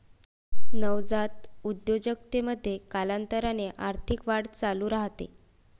नवजात उद्योजकतेमध्ये, कालांतराने आर्थिक वाढ चालू राहते